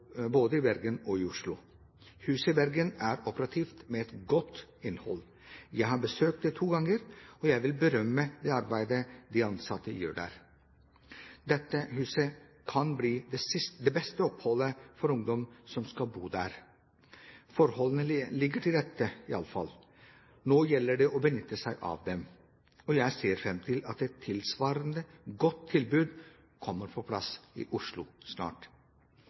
både i Bergen og i Oslo. Huset i Bergen er operativt, med et godt innhold. Jeg har besøkt det to ganger, og jeg vil berømme det arbeidet de ansatte gjør der. Dette huset kan bli av det beste oppholdet for ungdom som skal bo der – forholdene ligger i alle fall til rette for det. Nå gjelder det å benytte seg av det. Jeg ser fram til at et tilsvarende godt tilbud snart kommer på plass i Oslo.